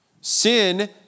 Sin